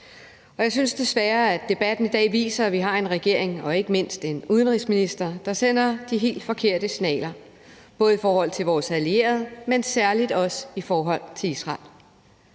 Og jeg synes desværre, at debatten i dag viser, at vi har en regering og ikke mindst en udenrigsminister, der sender de helt forkerte signaler, både i forhold til vores allierede, men særlig også i forhold til Israel.